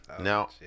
Now